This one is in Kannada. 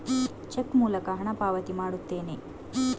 ಚೆಕ್ ಮೂಲಕ ಹಣ ಪಾವತಿ ಮಾಡುತ್ತೇನೆ